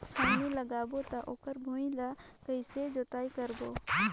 खैनी लगाबो ता ओकर भुईं ला कइसे जोताई करबो?